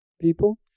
people